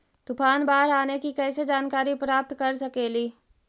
तूफान, बाढ़ आने की कैसे जानकारी प्राप्त कर सकेली?